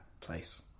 place